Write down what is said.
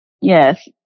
Yes